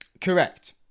Correct